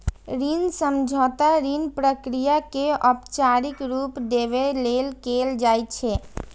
ऋण समझौता ऋण प्रक्रिया कें औपचारिक रूप देबय लेल कैल जाइ छै